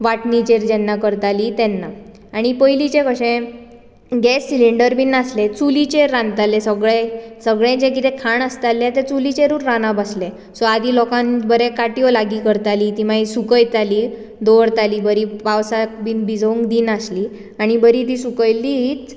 वाटणीचेर जेन्ना करतालीं तेन्ना आनी पयलींचें कशें गॅस सिलिंडर बी नासले चुलीचेर रांदताले सगळे सगळें जें कितें खाण आसतालें तें चुलीचेरूच रांदप आसलें सो आदी लोक बरे काट्यो लागीं करतालीं तीं मागीर सुकयतालीं दवरतालीं बरीं पावसांत बी भिजूंक दिनाशिल्लीं आनी बरीं तीं सुकयिल्लीं हींच